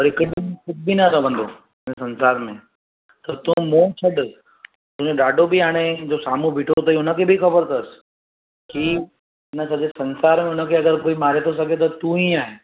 और हिकु ॾींहुं कुझु बि न रहंदो हिन संसार में त तूं मोह छॾ तूं जो ॾाॾो बि हाणे इहो साम्हूं बीठो अथई हुनखे बि ख़बर अथसि की हिन सॼे संसार में हुनखे अगरि कोई मारे थो सघे त तूं ई आहे